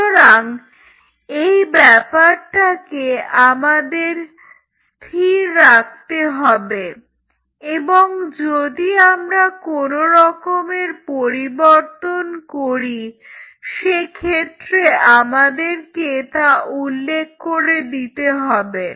সুতরাং এই ব্যাপারটাকে আমাদের স্থির রাখতে হবে এবং যদি আমরা কোনো রকমের পরিবর্তন করি সেক্ষেত্রে আমাদেরকে তা উল্লেখ করে দিতে হবে